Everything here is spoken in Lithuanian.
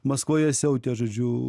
maskvoje siautė žodžiu